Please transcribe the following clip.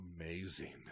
amazing